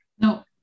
No